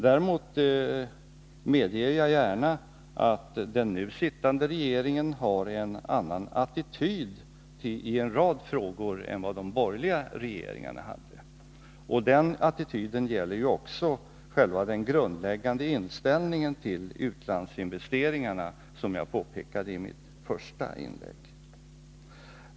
Däremot medger jag gärna att den nu sittande regeringen har en annan attityd till en rad frågor än de borgerliga regeringarna hade. Det gäller också själva den grundläggande inställningen till utlandsinvesteringarna, vilket jag påpekade i mitt första inlägg.